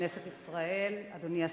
כנסת ישראל, אדוני השר,